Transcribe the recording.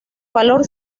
valor